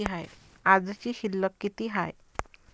आजची शिल्लक किती हाय?